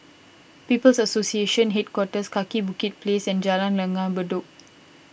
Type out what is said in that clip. People's Association Headquarters Kaki Bukit Place and Jalan Langgar Bedok